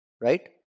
Right